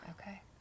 Okay